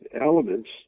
elements